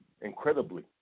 incredibly